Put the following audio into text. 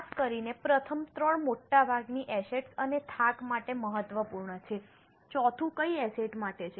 ખાસ કરીને પ્રથમ ત્રણ મોટાભાગની એસેટ્સ અને થાક માટે મહત્વપૂર્ણ છે ચોથું કઈ એસેટ માટે છે